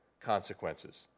consequences